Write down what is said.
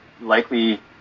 likely